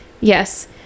yes